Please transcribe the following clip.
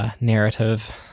narrative